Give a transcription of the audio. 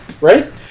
Right